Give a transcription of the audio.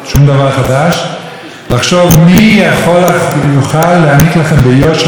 לחשוב מי יוכל להעניק לכם ביושר שירותים עירוניים טובים יותר.